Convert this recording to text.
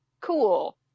cool